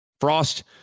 Frost